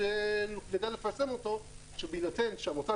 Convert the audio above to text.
שגם במציאות הנוכחית שאנחנו נמצאים בה מבחינת המשק,